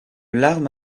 larme